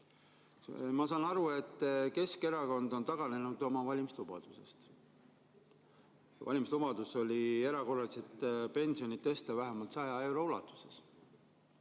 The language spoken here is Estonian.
Ma saan aru, et Keskerakond on taganenud oma valimislubadusest. Valimislubadus oli erakorraliselt pensione tõsta vähemalt 100 euro võrra.